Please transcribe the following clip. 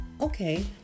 Okay